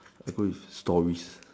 I go with stories